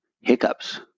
hiccups